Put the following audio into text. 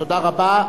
תודה רבה.